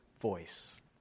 voice